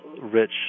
rich